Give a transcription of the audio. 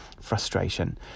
frustration